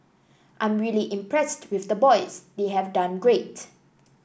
I'm really impressed with the boys they have done great